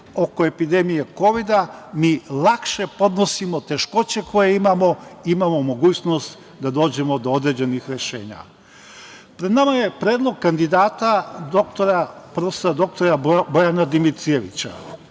oko epidemije kovida mi lakše podnosimo teškoće koje imamo i imamo mogućnost da dođemo do određenih rešenja. Pred nama je predlog kandidata dr Bojana Dimitrijevića.